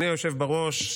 בראש,